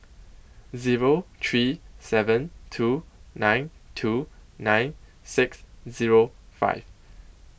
Zero three seven two nine two nine six Zero five